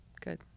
Good